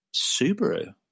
Subaru